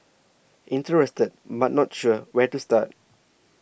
interested but not sure where to start